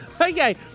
Okay